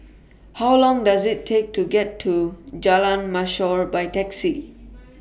How Long Does IT Take to get to Jalan Mashor By Taxi